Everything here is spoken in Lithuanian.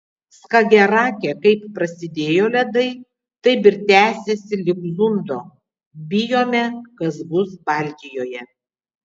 skagerake kaip prasidėjo ledai taip ir tęsiasi lig zundo bijome kas bus baltijoje